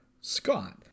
Scott